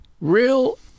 real